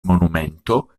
monumento